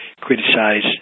criticize